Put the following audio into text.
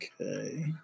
Okay